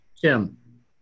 Jim